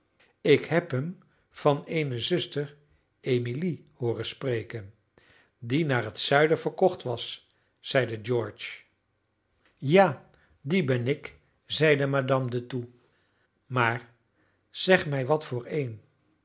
ik heb hem van eene zuster emily hooren spreken die naar het zuiden verkocht was zeide george ja die ben ik zeide madame de thoux maar zeg mij wat voor een